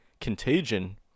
Contagion